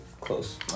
close